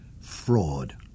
fraud